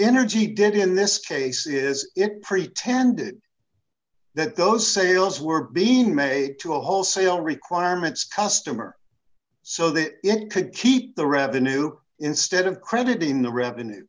energy did in this case is it pretended that those sales were being made to a wholesale requirements customer so that it could keep the revenue instead of crediting the revenue